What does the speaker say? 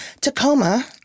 Tacoma